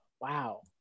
Wow